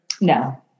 No